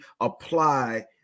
apply